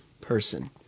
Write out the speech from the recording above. person